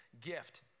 gift